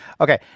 Okay